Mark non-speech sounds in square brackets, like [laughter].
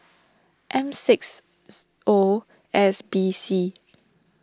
M six [noise] O S B C